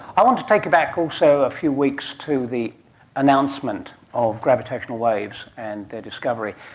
i want to take you back also a few weeks to the announcement of gravitational waves and their discovery,